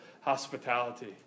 hospitality